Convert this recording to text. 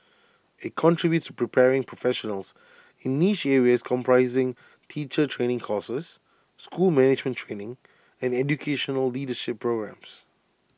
IT contributes preparing professionals in niche areas comprising teacher training courses school management training and educational leadership programmes